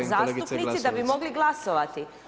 A zastupnici da bi mogli glasovati.